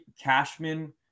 cashman